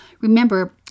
Remember